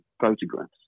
photographs